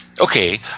Okay